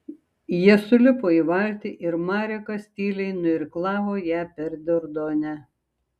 jie sulipo į valtį ir marekas tyliai nuirklavo ją per dordonę